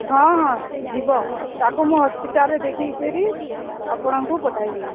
ହଁ ହଁ ଯିବ ତାକୁ ମୁଁ ହସ୍ପିଟାଲ୍ରେ ଦେଖିକିରି ଆପଣଙ୍କୁ ପଠାଇବି